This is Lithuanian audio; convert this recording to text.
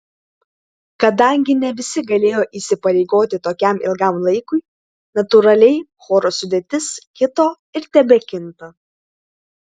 kadangi ne visi galėjo įsipareigoti tokiam ilgam laikui natūraliai choro sudėtis kito ir tebekinta